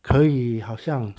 可以好像